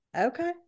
Okay